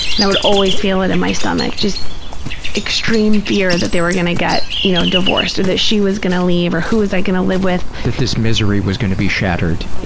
and i would always feel it in my stomach, just extreme fear that they were going to get, you know, divorced, or that she was going to leave, or who was i going to live with. that this misery was going to be shattered.